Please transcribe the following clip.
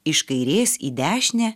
iš kairės į dešinę